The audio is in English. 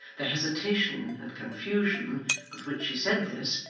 the hesitation and confusion with which she said this,